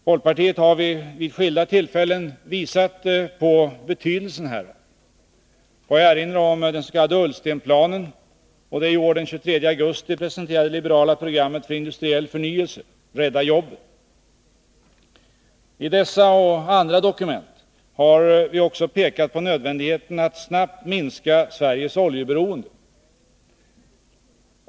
Folkpartiet har vid skilda tillfällen visat på betydelsen härav. Får jag erinra om den s.k. Ullstenplanen och det i år den 23 augusti presenterade liberala programmet för industriell förnyelse — Rädda jobben. I dessa och andra dokument har vi också pekat på nödvändigheten att snabbt minska Sveriges oljeberoende.